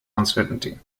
uncertainty